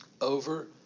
over